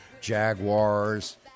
jaguars